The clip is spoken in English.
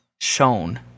shown